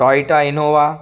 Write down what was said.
Toyota Innova